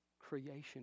creation